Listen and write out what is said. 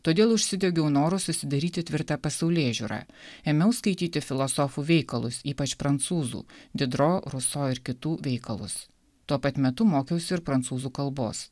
todėl užsidegiau noru susidaryti tvirtą pasaulėžiūrą ėmiau skaityti filosofų veikalus ypač prancūzų didro ruso ir kitų veikalus tuo pat metu mokiausi ir prancūzų kalbos